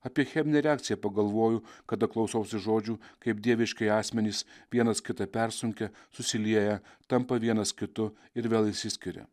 apie cheminę reakciją pagalvoju kada klausausi žodžių kaip dieviškieji asmenys vienas kitą persunkia susilieja tampa vienas kitu ir vėl išsiskiria